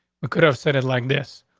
ah could have said it like this.